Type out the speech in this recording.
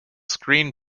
screen